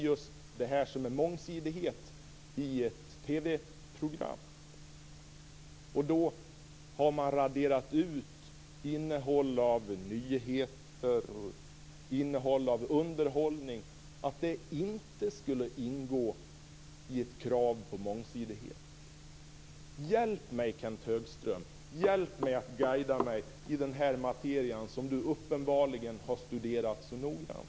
Det handlar om mångsidighet i ett TV Har man raderat ut innehåll av nyheter och underhållning? Skall de inte ingå i kravet på mångsidighet? Hjälp mig, Kenth Högström, att guida mig i den här materien som du uppenbarligen har studerat så noggrant.